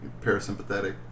Parasympathetic